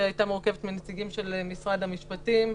שהייתה מורכבת מנציגים של משרד המשפטים,